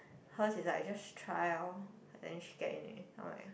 hers is like just try lor then she get in already then I'm like